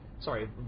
Sorry